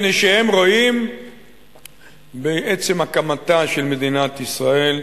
מפני שהם רואים בעצם הקמתה של מדינת ישראל,